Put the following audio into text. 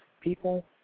people